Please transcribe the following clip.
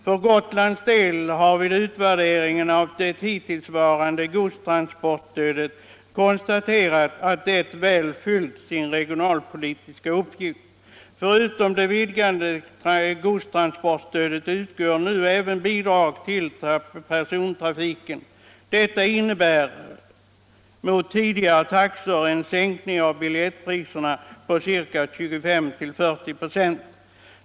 För Gotlands del har vid utvärderingen av det hittillsvarande godstransportstödet konstaterats att det väl fyllt sin regionalpolitiska uppgift. Förutom det vidgade godstransportstödet utgår nu även bidrag till persontrafiken. Detta innebär mot tidigare taxor en sänkning av biljettpriserna med 25-40 X.